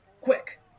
quick